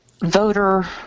Voter